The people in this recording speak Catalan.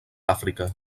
àfrica